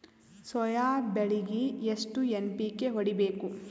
Soya ಬೆಳಿಗಿ ಎಷ್ಟು NPK ಹೊಡಿಬೇಕು?